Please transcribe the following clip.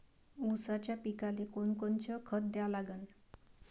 ऊसाच्या पिकाले कोनकोनचं खत द्या लागन?